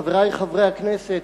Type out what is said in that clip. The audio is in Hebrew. חברי חברי הכנסת,